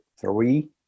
three